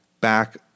back